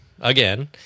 again